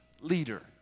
leader